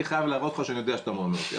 חייב להראות לך שאני יודע שאתה מרמה אותי,